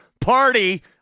party